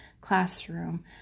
classroom